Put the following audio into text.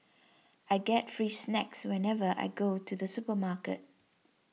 I get free snacks whenever I go to the supermarket